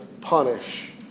punish